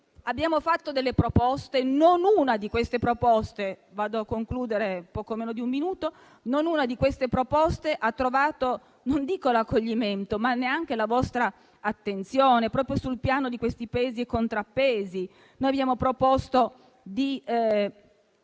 Abbiamo fatto delle proposte e non una di tali proposte ha trovato non dico l'accoglimento, ma neanche la vostra attenzione. Proprio sul piano dei pesi e contrappesi, abbiamo proposto di